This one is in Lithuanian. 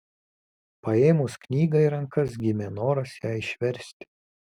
paėmus knygą į rankas gimė noras ją išversti